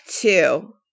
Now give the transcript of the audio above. two